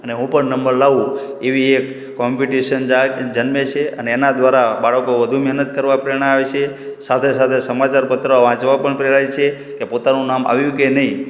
અને હું પણ નંબર લાવું એવી એક કોમ્પિટિશન જાય જન્મે છે અને એના દ્વારા બાળકો વધુ મહેનત કરવા પ્રેરણા આવે છે સાથે સાથે સમાચારપત્ર વાંચવા પણ પ્રેરાય છે કે પોતાનું નામ આવ્યું કે નઈ